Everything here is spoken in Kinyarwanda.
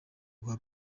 rwa